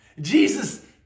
Jesus